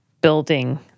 building